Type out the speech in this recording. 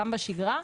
גם בשגרה.